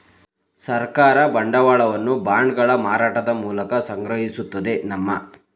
ಸರ್ಕಾರ ಬಂಡವಾಳವನ್ನು ಬಾಂಡ್ಗಳ ಮಾರಾಟದ ಮೂಲಕ ಸಂಗ್ರಹಿಸುತ್ತದೆ ನಮ್ಮ